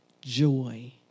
joy